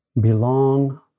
belong